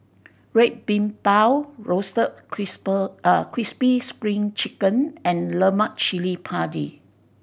Red Bean Bao roasted crispy Spring Chicken and Lemak Chili Padi